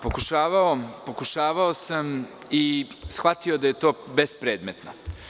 Pokušavao sam i shvatio da je to bespredmetno.